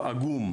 רבותיי,